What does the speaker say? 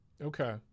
Okay